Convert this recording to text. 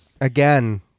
Again